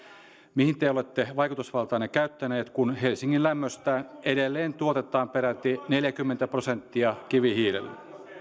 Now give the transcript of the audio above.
mihin te olette vaikutusvaltaanne käyttäneet kun helsingin lämmöstä edelleen tuotetaan peräti neljäkymmentä prosenttia kivihiilellä